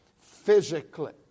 physically